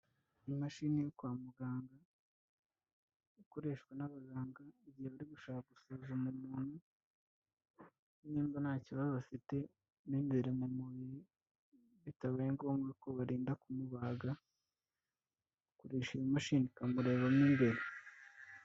Imashini yo kwa muganga ikoreshwa n'abaganga igihe bari gushaka gusuzuma umuntu niba nta kibazo afite mo imbere mu mubiri bitabaye ngombwa ko barinda kumubaga, bakoresha iyi mashini ikamureba mo imbere.